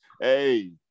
Hey